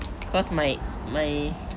because my my